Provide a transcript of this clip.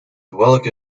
welke